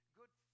good